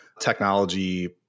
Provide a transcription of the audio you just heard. technology